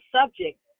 subject